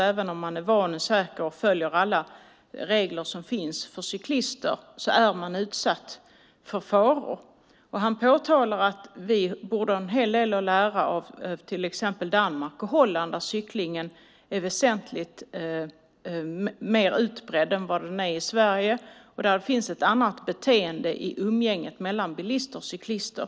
Även om man är van och följer alla regler som finns för cyklister är man utsatt för faror. Han påtalar att vi har en hel del av lära av Danmark och Holland där cykling är betydligt mer utbredd än i Sverige. Där är det ett annat beteende i umgänget mellan bilister och cyklister.